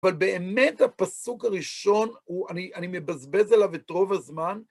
אבל באמת, הפסוק הראשון הוא, אני מבזבז עליו את רוב הזמן.